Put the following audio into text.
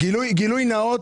גילוי נאות